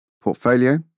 portfolio